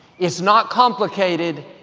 it's not complicated,